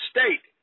State